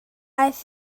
aeth